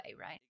right